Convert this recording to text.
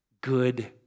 good